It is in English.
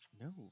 No